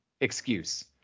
excuse